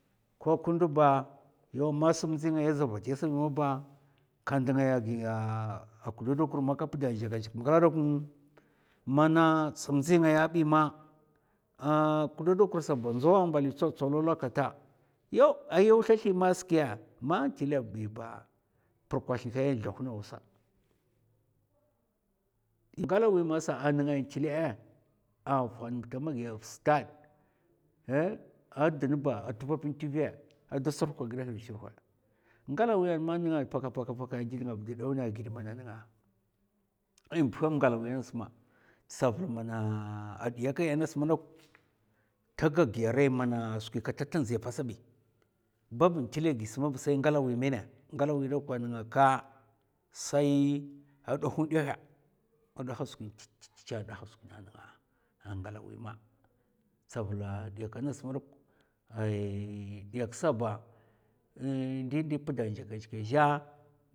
Ko ka ndo ba yau man sam ndzi ngaya a za vati sabi maba ka ndngaya gi klokokur man ka pda nzèkènzèk ma kla ɗauk mana sam ndzi ngaya bi ma ahh klokokur saba ndaw a mbali tsoltsolola kata, yaw a yaw slathi mas kè man tlè bi ba prkwath kè zlauh naw sa. i hala wi masa a nènga tlè a fan tamagi a va stad èhh a dna ba, a tuvè npan tuvè ada surka ghidè hda pa shhwa, ngalawi mana nènga paka paka paka in di nènga ga dèu na ghid mana nènga in buhèm ngalawi ngas ma, tsaval mana diyakai ngas manok, ta ga giya rai mana kata ta ndziya pa sabi. bab in tlè gisa mab sai ngalawi, ngalawai dauk a nga ka, sa a nduh nɗuhè, a daha skwina tich tich tichɓ an èaha skwina nènga a ngalawi ma stavul diyaka ngas madauk diyak sa ba ndi din pda nzèkènzèk zhè,